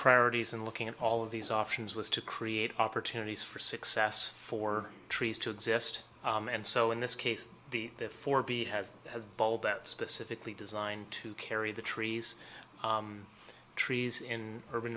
priorities in looking at all of these options was to create opportunities for success for trees to exist and so in this case the therefore be bold that specifically designed to carry the trees trees in urban